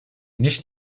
nicht